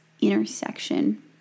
intersection